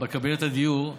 בקבינט הדיור,